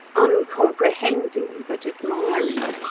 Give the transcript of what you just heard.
uncomprehending but admiring.